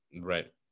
right